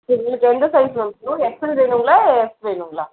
சரி உங்களுக்கு எந்த சைஸ்ஸு மேம் கொடுக்கணும் எக்ஸ்எல் வேணுங்களா எக்ஸ் வேணுங்களா